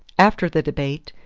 after the debate,